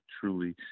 truly